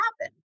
happen